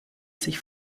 sich